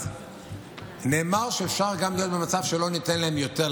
אז אפשר גם שיהיה מצב שלא ניתן להם יותר,